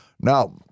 Now